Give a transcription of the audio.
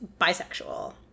bisexual